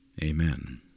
Amen